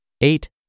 Eight